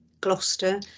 gloucester